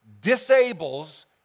disables